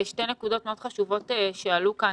שתי נקודות מאוד חשובות שעלו כאן,